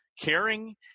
caring